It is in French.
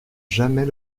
jamais